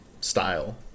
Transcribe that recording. style